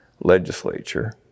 legislature